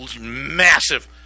massive